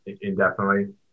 indefinitely